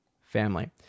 family